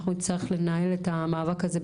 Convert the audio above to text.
אנחנו נצטרך לנהל את המאבק הזה,